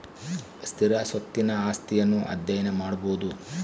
ಸ್ಥಿರ ಸ್ವತ್ತಿನ ಆಸ್ತಿಯನ್ನು ಅಧ್ಯಯನ ಮಾಡಬೊದು